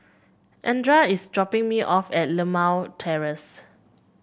Andra is dropping me off at Limau Terrace